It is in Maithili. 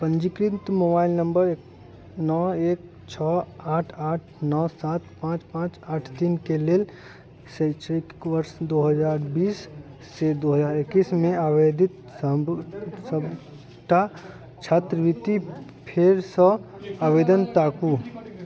पञ्जीकृत मोबाइल नम्बर नओ एक छओ आठ आठ नओ सात पांँच पांँच आठ तीन के लेल शैक्षणिक वर्ष दू हजार बीस से एकैस मे आवेदित सबटा छात्रवृति फेरसँ आवेदन ताकू